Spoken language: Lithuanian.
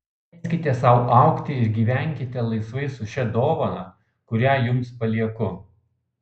leiskite sau augti ir gyvenkite laisvai su šia dovana kurią jums palieku